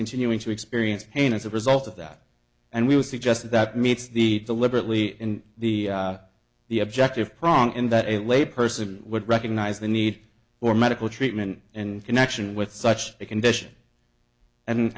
continuing to experience pain as a result of that and we would suggest that meets the deliberately in the the objective prong in that a lay person would recognize the need for medical treatment in connection with such a condition and